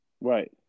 Right